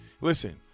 Listen